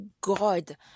god